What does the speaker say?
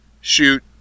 shoot